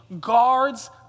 guards